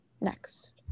Next